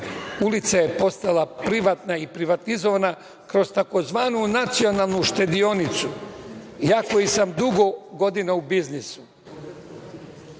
ulica je postala privatna i privatizovana kroz tzv. Nacionalnu štedionicu. Ja koji sam dugo godina u biznisu,